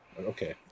okay